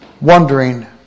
Wondering